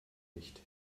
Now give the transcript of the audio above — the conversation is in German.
nicht